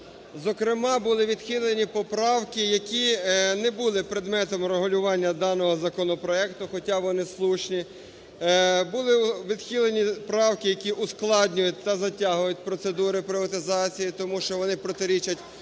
Зокрема, була відхилені поправки, які не були предметом врегулювання даного законопроекту, хотя вони слушні. Були відхилені правки, які ускладнюють та затягують процедури приватизації, тому що вони протирічать